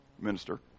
minister